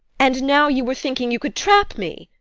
and now you were thinking you could trap me?